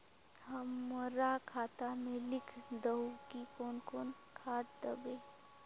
हमरा खाता में लिख दहु की कौन कौन खाद दबे?